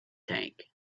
tank